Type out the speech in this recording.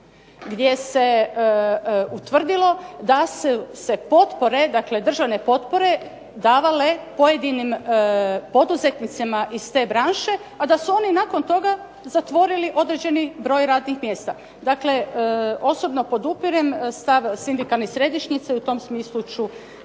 gdje se utvrdilo da su potpore, dakle državne potpore davale pojedinim poduzetnicima iz te branše, a da su oni nakon toga zatvorili određeni broj radnih mjesta. Dakle, osobno podupirem stav sindikalne središnjice i u tom smislu ću